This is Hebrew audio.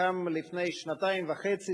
קם לפני שנתיים וחצי.